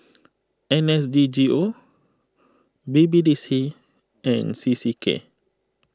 N S D G O B B D C and C C K